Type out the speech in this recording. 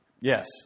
yes